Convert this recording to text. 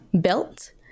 built